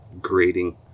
grading